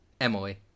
Emily